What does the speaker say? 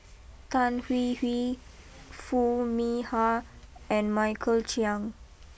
Tan Hwee Hwee Foo Mee Har and Michael Chiang